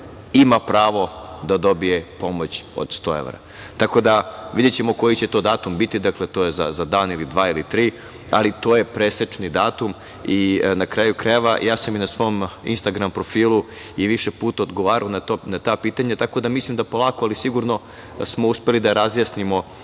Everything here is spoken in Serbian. ima pravo da dobije pomoć od 100 evra. Tako da, videćemo koji će to datum biti, dakle, to je za dan ili dva ili tri, ali to je presečni datum i, na kraju krajeva, ja sam i na svom Instagram profilu i više puta odgovarao na ta pitanja, tako da mislim da polako, ali sigurno smo uspeli da razjasnimo